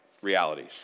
realities